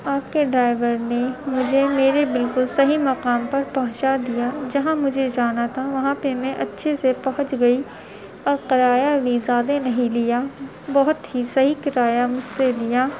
آپ کے ڈرائیور نے مجھے میرے بالکل صحیح مقام پر پہنچا دیا جہاں مجھے جانا تھا وہاں پہ میں اچھے سے پہنچ گئی اور کرایہ بھی زیادہ نہیں لیا بہت ہی صحیح کرایہ مجھ سے لیا